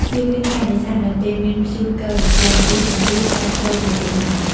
ជៀសវាង ការនេសាទនៅពេលមានព្យុះផ្គររន្ទះ ព្រោះសន្ទូចអាចស្រូបរន្ទះបាន។